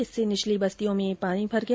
इससे निचली बस्तियों में पानी भर गया